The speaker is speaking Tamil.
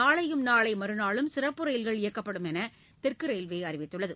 நாளையும் நாளைமறுநாளும் சிறப்பு ரயில்கள் இயக்கப்படும் என்றுதெற்குரயில்வேஅறிவித்துள்ளது